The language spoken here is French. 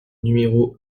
numéro